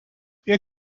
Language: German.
wir